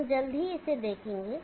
हम जल्द ही इसे देखेंगे